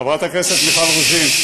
חברת הכנסת מיכל רוזין,